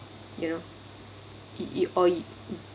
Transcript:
you know y~ you or